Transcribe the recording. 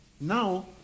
Now